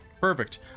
Perfect